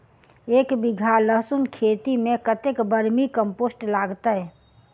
एक बीघा लहसून खेती मे कतेक बर्मी कम्पोस्ट लागतै?